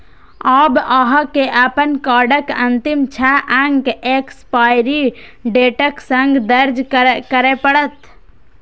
आब अहां के अपन कार्डक अंतिम छह अंक एक्सपायरी डेटक संग दर्ज करय पड़त